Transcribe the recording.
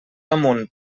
amunt